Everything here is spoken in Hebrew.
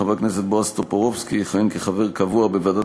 חבר הכנסת בועז טופורובסקי יכהן כחבר קבוע בוועדת